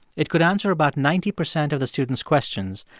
it could answer about ninety percent of the student's questions.